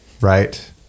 right